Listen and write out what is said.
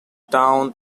town